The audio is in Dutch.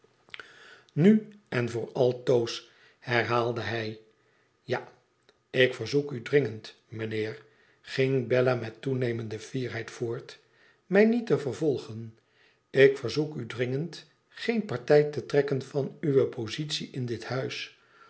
nu en voor altoos herhaalde hij ja ik verzoek u dringend mijnheer gjng bella met toenemende fierheid voort mij niet te vervolgen ik verzoek u dringend geen partij te trekken van uwe positie in dit huis